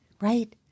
right